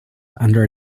under